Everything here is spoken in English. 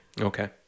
Okay